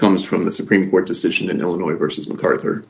comes from the supreme court decision in illinois versus macarthur